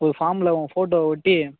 ஒரு ஃபார்மில் உன் ஃபோட்டோ ஒட்டி